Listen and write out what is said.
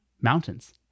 mountains